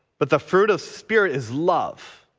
but the fruit of spirit is love,